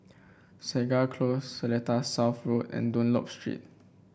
Segar Close Seletar South Road and Dunlop Street